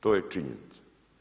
To je činjenica.